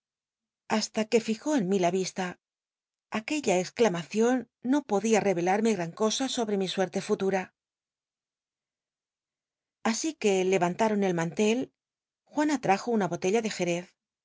hasta que fijó en mí la vista a juella cxclamacion no podia reyelarrne gran cosa sobrc mi suerte rutuja así que levantaron el mantel juana ljajo una botella de jerez